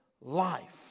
life